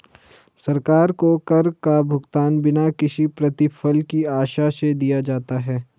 सरकार को कर का भुगतान बिना किसी प्रतिफल की आशा से दिया जाता है